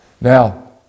Now